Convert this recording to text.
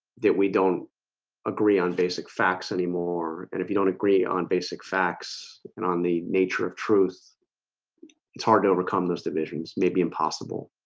that we don't on basic facts anymore. and if you don't agree on basic facts and on the nature of truth it's hard to overcome those divisions may be impossible